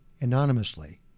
anonymously